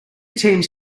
teams